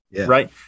right